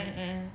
mm mm